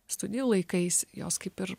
studijų laikais jos kaip ir